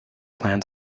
plan